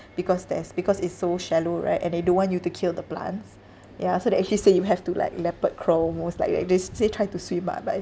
because there's because it's so shallow right and they don't want you to kill the plants ya so they actually say you have to like leopard crawl most likely they say try to swim ah but I